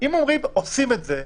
אם עושים את זה,